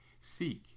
Seek